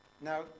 Now